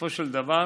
בסופו של דבר,